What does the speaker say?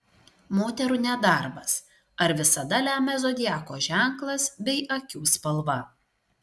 moterų nedarbas ar visada lemia zodiako ženklas bei akių spalva